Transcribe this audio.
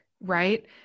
right